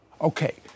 Okay